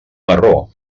marró